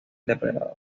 depredador